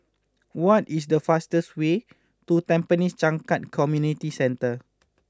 what is the fastest way to Tampines Changkat Community Centre